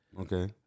Okay